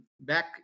back